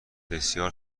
بسیار